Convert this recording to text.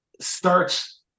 starts